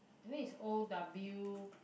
that means is O W